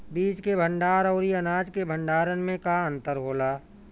बीज के भंडार औरी अनाज के भंडारन में का अंतर होला?